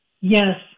Yes